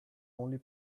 only